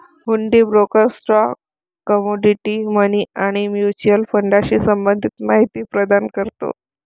हुंडी broker stock, commodity, money आणि mutual फंडाशी संबंधित माहिती प्रदान करतो